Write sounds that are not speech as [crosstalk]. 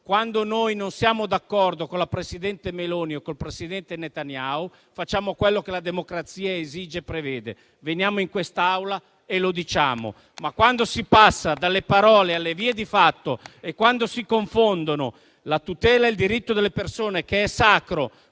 Quando noi non siamo d'accordo con la presidente del Consiglio Meloni o col presidente Netanyahu, facciamo quello che la democrazia esige e prevede: veniamo in quest'Aula e lo diciamo. [applause] Ma, quando si passa dalle parole alle vie di fatto e quando si confondono la tutela e il diritto delle persone, che sono sacri,